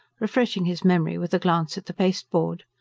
refreshing his memory with a glance at the pasteboard.